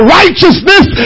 righteousness